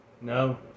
no